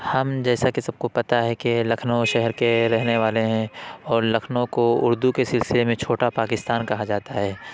ہم جیسا کہ سب کو پتا ہے کہ لکھنؤ شہر کے رہنے والے ہیں اور لکھنؤ کو اردو کے سلسلے میں چھوٹا پاکستان کہا جاتا ہے